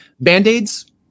band-aids